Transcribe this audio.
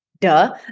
Duh